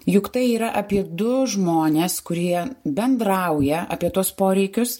juk tai yra apie du žmones kurie bendrauja apie tuos poreikius